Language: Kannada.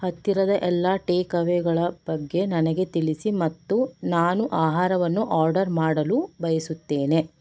ಹತ್ತಿರದ ಎಲ್ಲ ಟೇಕ್ಅವೇಗಳ ಬಗ್ಗೆ ನನಗೆ ತಿಳಿಸಿ ಮತ್ತು ನಾನು ಆಹಾರವನ್ನು ಆರ್ಡರ್ ಮಾಡಲು ಬಯಸುತ್ತೇನೆ